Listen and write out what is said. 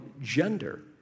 gender